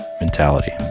mentality